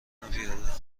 پیاده